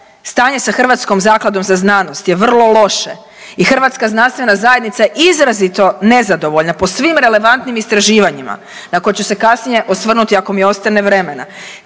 stanje sa Hrvatskom zakladom za znanost je vrlo loše i hrvatska znanstvena je izrazito nezadovoljna po svim relevantnim istraživanjima na koje ću se kasnije osvrnuti ako mi ostane vremena,